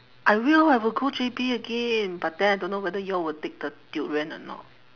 I will I will go J_B again but then I don't know whether you all will take the durian or not